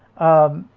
um,